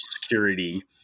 Security